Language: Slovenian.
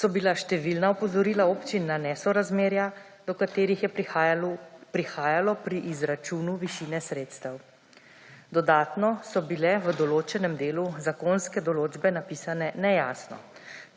so bila številna opozorila občin na nesorazmerja do katerih je prihajalo pri izračunu višine sredstev. Dodatno so bile v določenem delu zakonske določbe napisane nejasno,